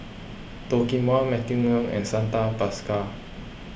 Toh Kim Hwa Matthew Ngui and Santha Bhaskar